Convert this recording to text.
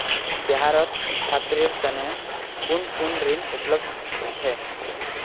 बिहारत छात्रेर तने कुन कुन ऋण उपलब्ध छे